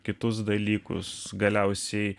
kitus dalykus galiausiai